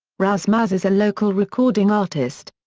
ras-mas is a local recording artist.